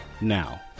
now